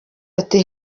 ati